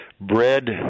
bread